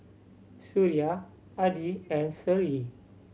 Suria Adi and Seri